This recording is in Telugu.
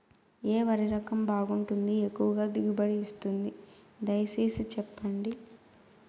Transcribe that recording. ఏ వరి రకం బాగుంటుంది, ఎక్కువగా దిగుబడి ఇస్తుంది దయసేసి చెప్పండి?